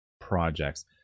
projects